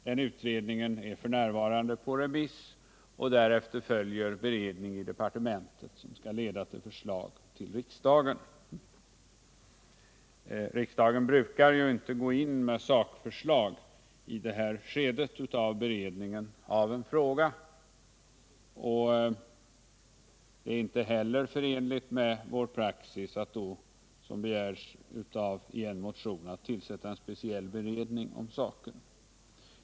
Den utredningen är f. n. på remiss och därefter följer beredning i departementet som skall leda till förslag till riksdagen. Riksdagen brukar ju inte föra fram sakförslag i ett sådant skede av beredningen i en fråga, och det är inte heller förenligt med vår praxis att då, som begärs i en motion, tillsätta en speciell beredning om saken.